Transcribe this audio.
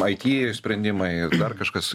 it sprendimai dar kažkas